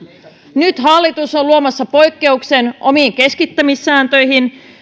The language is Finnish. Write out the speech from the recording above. nyt hallitus on luomassa poikkeuksen omiin keskittämissääntöihinsä